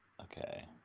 Okay